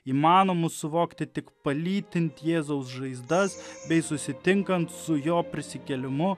įmanomus suvokti tik palytint jėzaus žaizdas bei susitinkant su jo prisikėlimu